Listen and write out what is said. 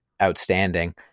Outstanding